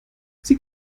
sie